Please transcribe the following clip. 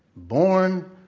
born,